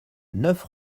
neuf